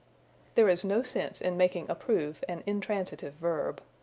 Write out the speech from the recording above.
there is no sense in making approve an intransitive verb.